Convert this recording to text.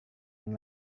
yang